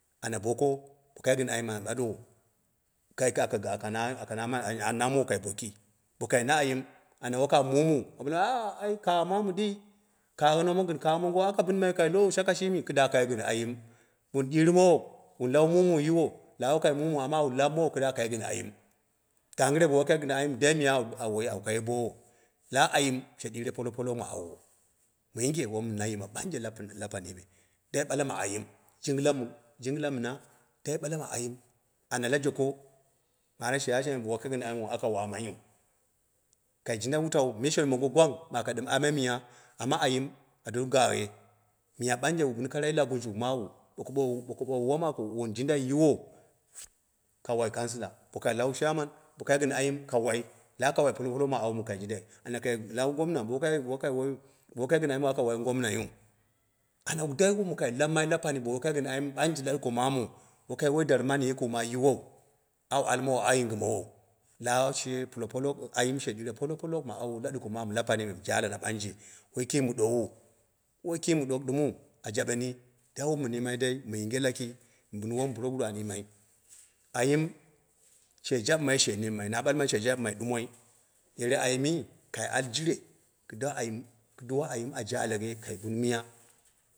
Ana boko bo kai giu ayin an an naa mowo kai kai aga mamani anya, an nawowo kai bokai bo kai na ayim anya woka mumun a bale ahh kaagha mamu ɗii kaagha mon gɨn kaagla mongo aka binm aiu kai lowo shakai shimi kida kai gɨn ayim wun bi mowo, wun law mumui yiwo klawa wokai mu mawun amma kida kai gɨn ayim. Gangɨ re bo wo kai gɨn ayimma. da miya awu wai, awu kayo boon wo la ayim she ɗiure polopolok ma awu mu yinge wom na yima ɓonje lapi lapanii me dai ɓde ma ayim ji gila mu, jɨngɨla mɨna, dai ɓda ma ayim. ana la joko ama ana shiyashaime bo wo kai gin ayimnu waka wamiaiu. kai jinda wutau, mishon mongo gwang mɨ aka ɗɨm ame miya amma ayɨm a doni gaa ghe. miya ɓanje wun bin kara la gunjuk mawu. Ka ɗoowu bo ka ɓoowu woma mom awu ji ndai yiwo fit ka wai kangshila bo kai lau shiya man bo kai gɨn ayim ka wailawa wai polopolo ma ayi mi kai jindai, ana kai law gomna, bo wokai, bo- wokai wokai gɨn ayinmu waka wa ngomnaiuɨ, ana bo dai won kai lammai la pani bo wo kai gɗn ayim ala ɗuko mamun kai woi darma mani yiwow ama awu almowo, awu yingɨmowou, lawa shire polopolok gɨn ayim she ɗiune polopolok ma awo la ɗuko mamu ma tapanii me jalana ɗangje woi kii mɨ ɗuwali, woi kii mɨ ɗok ɗɨmɨu a jaɓeni ɗai wom min yimmai dai mɨ yinge laki mɨ bin wo puroguru an jimai ayim sle jabɨmai, she nimmai, mɨ na ɓalmai she jaɓɨmai ɗumoi yere ayimmi kai al jire kɨda, ayim kida ayim jaleghe kai bun mig.